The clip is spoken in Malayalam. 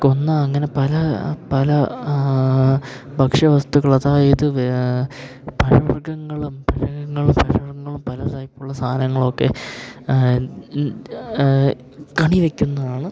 കൊന്ന അങ്ങനെ പല പല ആ ഭക്ഷ്യവസ്തുക്കൾ അതായത് വേ പഴവർഗ്ഗങ്ങളും പഴങ്ങൾ പഴവർഗ്ഗങ്ങളും പല ടൈപ്പുള്ള സാധനങ്ങളൊക്കെ കണിവെക്കുന്നതാണ്